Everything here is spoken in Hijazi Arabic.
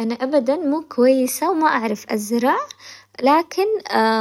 أنا أبداً مو كويسة وما أعرف أزرع لكن